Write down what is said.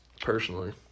personally